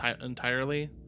entirely